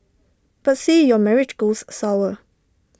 but say your marriage goes sour